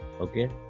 Okay